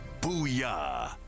Booyah